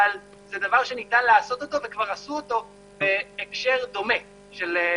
אבל זה דבר שניתן לעשותו וכבר עשו אותו בהקשר דומה של תרחישים.